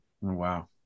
Wow